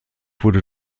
wurde